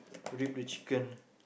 rip the chicken